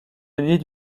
années